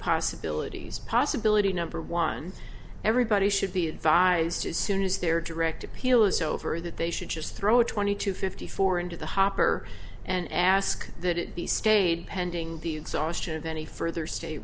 possibilities possibility number one everybody should be advised as soon as their direct appeal is over that they should just throw a twenty to fifty four into the hopper and ask that it be stayed pending the exhaustion of any further stay